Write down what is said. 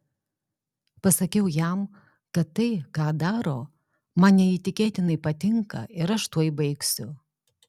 pasakiau jam kad tai ką daro man neįtikėtinai patinka ir aš tuoj baigsiu